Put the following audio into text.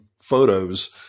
photos